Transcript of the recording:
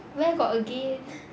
where got again